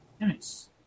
Nice